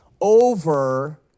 over